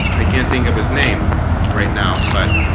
i can't think of his name right now, but